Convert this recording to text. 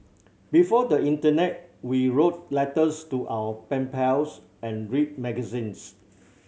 before the internet we wrote letters to our pen pals and read magazines